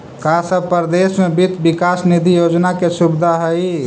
का सब परदेश में वित्त विकास निधि योजना के सुबिधा हई?